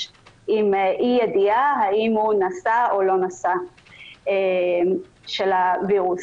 עם אי ידיעה האם הוא נשא או לא נשא של הווירוס.